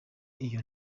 iyo